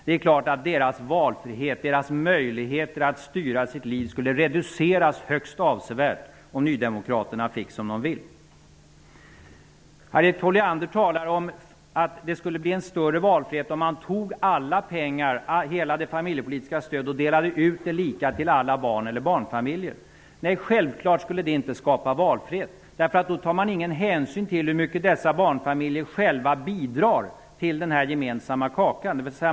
Det är klart att deras valfrihet och deras möjligheter att styra sitt liv skulle reduceras högst avsevärt om nydemokraterna fick som de vill. Harriet Colliander talar om att det skulle bli en större valfrihet om man tog alla pengar -- hela det familjepolitiska stödet -- och delade ut det lika över alla barn eller barnfamiljer. Nej, självfallet skulle det inte skapa valfrihet. Då tar man ingen hänsyn till hur mycket dessa barnfamiljer själva bidrar med till den gemensamma kakan.